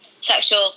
Sexual